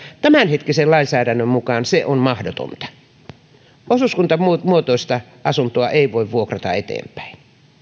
tämänhetkisen lainsäädännön mukaan se on mahdotonta osuuskuntamuotoista asuntoa ei voi vuokrata eteenpäin